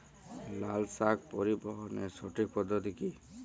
লালশাক পরিবহনের সঠিক পদ্ধতি কি?